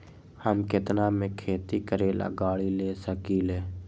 हम केतना में खेती करेला गाड़ी ले सकींले?